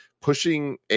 pushing